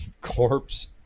corpse